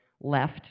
left